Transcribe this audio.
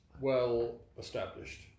well-established